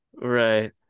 Right